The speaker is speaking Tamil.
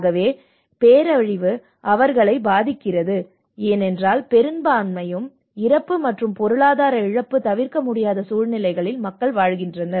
ஆகவே பேரழிவு அவர்களை பாதிக்கிறது ஏனென்றால் பெரும்பான்மையான இறப்பு மற்றும் பொருளாதார இழப்பு தவிர்க்க முடியாத சூழ்நிலைகளில் மக்கள் வாழ்கின்றனர்